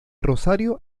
rosario